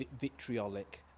vitriolic